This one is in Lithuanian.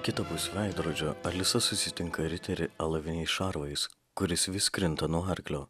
kitapus veidrodžio alisa susitinka riterį alaviniais šarvais kuris vis krinta nuo arklio